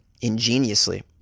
ingeniously